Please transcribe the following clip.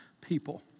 people